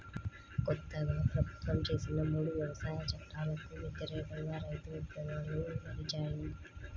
కొత్తగా ప్రభుత్వం చేసిన మూడు వ్యవసాయ చట్టాలకు వ్యతిరేకంగా రైతు ఉద్యమాలు నడిచాయి